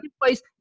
place